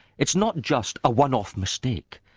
it's not just a one-off mistake,